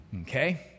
Okay